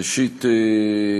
תודה רבה.